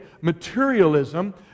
materialism